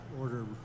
order